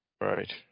Right